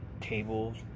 tables